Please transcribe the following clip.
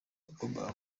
yagombaga